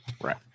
Right